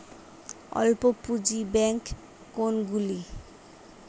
অল্প পুঁজি ব্যাঙ্ক কোনগুলি?